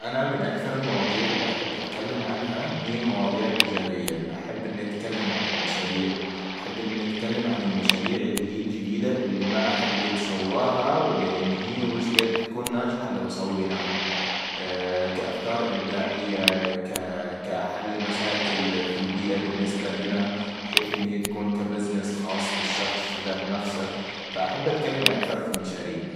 أنا من أكثر المواضيع اللي احب اتكلم عنها هي المواضيع التجارية. أحب اني اتكلم عن المشاريع. أحب اني اتكلم عن المشاريع اللي هي الجديدة اللي ما احد قد سواها وينهيها وش قد تكون ناجحة لو سويناها. كأفكار إبداعية ك-كحل مشاكل في البيئة بالنسبة لنا بحيث ان هي تكون كبزنس خاص بالشخص ذات نفسه. فأحب اتكلم أكثر في المشاريع